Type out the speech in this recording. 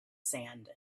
sand